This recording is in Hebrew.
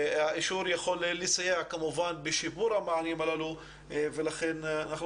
האישור יכול לסייע כמובן בשיפור המענים הללו ולכן אנחנו